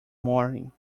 morning